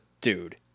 dude